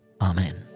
Amen